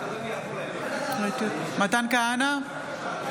אינו נוכח עופר כסיף, נגד